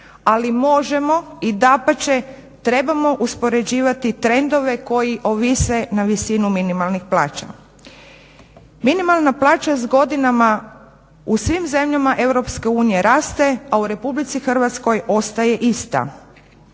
ali možemo i dapače trebamo uspoređivati trendove koji ovise na visinu minimalnih plaća. Minimalna plaća s godinama u svim zemljama EU raste, a u RH ostaje ista.